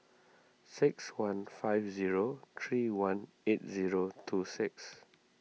six one five zero three one eight zero two six